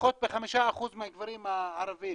פחות 5% מגברים ערבים.